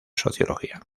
sociología